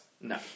No